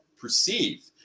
perceive